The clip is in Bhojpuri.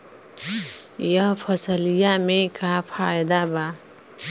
यह फसलिया में का फायदा बा?